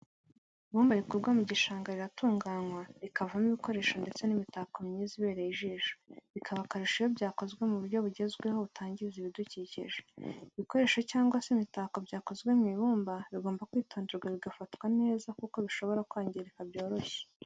Ibumba rikurwa mu gishanga riratunganywa rikavamo ibikoresho ndetse n'imitako myiza ibereye ijisho bikaba akarusho iyo byakozwe mu buryo bugezweho butangiza ibidukikije. ibikoresho cyangwa se imitako bikozwe mu ibumba bigomba kwitonderwa bigafatwa neza kuko bishobora kwangirika byoroshye.